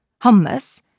hummus